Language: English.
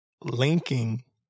linking